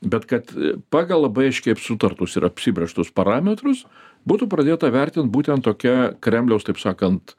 bet kad pagal labai aiškiai sutartus ir apsibrėžtus parametrus būtų pradėta vertint būtent tokia kremliaus taip sakant